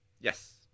Yes